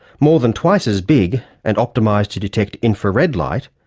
more than twice as big and optimised to detect infrared light,